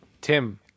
Tim